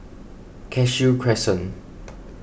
Cashew Crescent